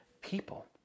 people